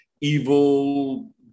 evil